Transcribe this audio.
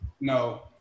No